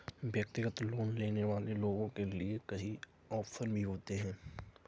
व्यक्तिगत लोन लेने वाले लोगों के लिये कई आप्शन भी होते हैं